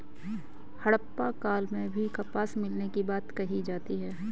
हड़प्पा काल में भी कपास मिलने की बात कही जाती है